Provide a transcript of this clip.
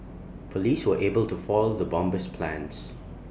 Police were able to foil the bomber's plans